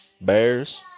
Bears